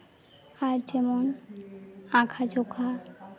ᱟᱨ ᱡᱮᱢᱚᱱ ᱟᱸᱠᱟ ᱡᱚᱠᱷᱟ